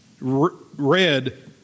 read